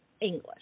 English